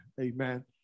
Amen